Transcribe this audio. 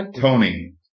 Tony